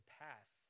pass